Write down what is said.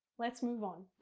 let's move on.